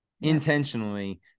intentionally